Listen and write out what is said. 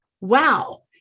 wow